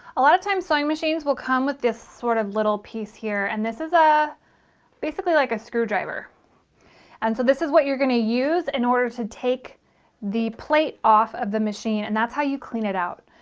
a lot of times sewing machines will come with this sort of little piece here and this is a basically like a screwdriver and so this is what you're going to use in order to take the plate off of the machine and that's how you clean it out.